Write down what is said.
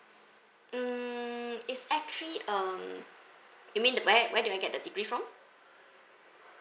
mm it's actually um you mean the where where do I get the degree from